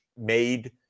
made